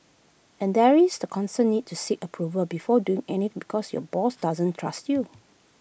and there is the constant need to seek approval before doing anything because your boss doesn't trust you